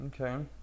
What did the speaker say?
Okay